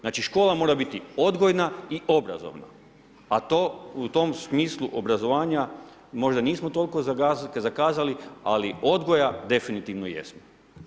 Znači škola mora biti odgojna i obrazovna, a to u tom smislu obrazovanja možda nismo toliko zakazali, ali odgoja definitivno jesmo.